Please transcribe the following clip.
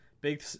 Big